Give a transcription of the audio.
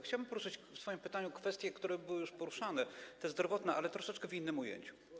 Chciałbym poruszyć w swoim pytaniu kwestie, które były już poruszane, te zdrowotne, ale troszeczkę w innym ujęciu.